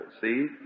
see